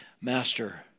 Master